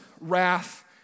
wrath